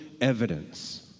evidence